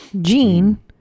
Gene